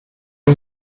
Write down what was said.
ari